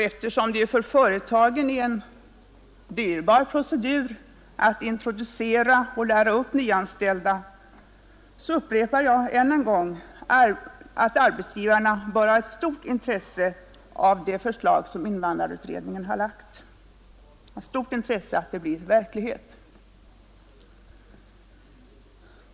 Eftersom det för företagen är en dyrbar procedur att introducera och lära upp nyanställda, upprepar jag att arbetsgivarna bör ha stort intresse av att det förslag som invandrarutredningen har framlagt blir verklighet.